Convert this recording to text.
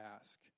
ask